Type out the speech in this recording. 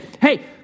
hey